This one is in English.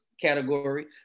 category